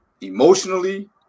emotionally